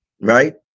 right